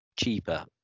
cheaper